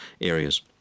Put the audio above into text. areas